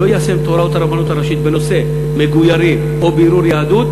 שלא יישם את הוראות הרבנות הראשית בנושא מגוירים או בירור יהדות,